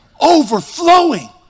overflowing